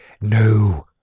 no